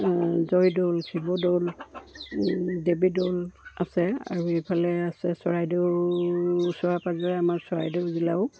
জয়দৌল শিৱদৌল দেৱীদৌল আছে আৰু এইফালে আছে চৰাইদেউ ওচৰে পাঁজৰে আমাৰ চৰাইদেউ জিলাও